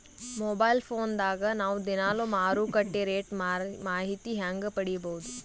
Mobile phone ದಾಗ ನಾವು ದಿನಾಲು ಮಾರುಕಟ್ಟೆ ರೇಟ್ ಮಾಹಿತಿ ಹೆಂಗ ಪಡಿಬಹುದು?